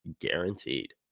guaranteed